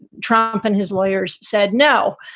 trump and his lawyers said no.